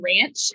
ranch